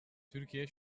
türkiye